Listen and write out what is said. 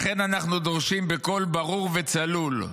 ולכן אנחנו דורשים בקול ברור וצלול: